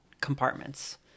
compartments